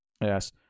Yes